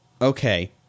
Okay